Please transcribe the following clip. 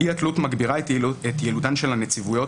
אי-התלות מגבירה את יעילותן של הנציבויות